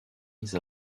mis